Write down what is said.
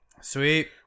sweet